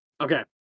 Okay